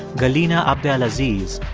galena abdelazeez,